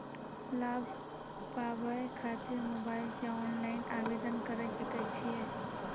लाभ पाबय खातिर मोबाइल से ऑनलाइन आवेदन करें सकय छियै?